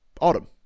Autumn